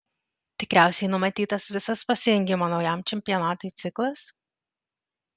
tikriausiai numatytas visas pasirengimo naujam čempionatui ciklas